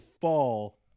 fall